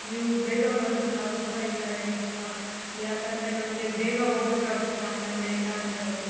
ನೀವು ಬೇಗ ಬರೊದಕ್ಕೆ ಆಗುತ್ತಾ ಇಲ್ಲ ಹೇಳ್ತೀರಾ ಯಾಕಂದರೆ ನಮಗೆ ಬೇಗ ಹೋಗ್ಬೇಕಾಗ್ತದೆ ಆಮೇಲೆ ಇಲ್ಲಾಂದರೆ